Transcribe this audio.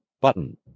Button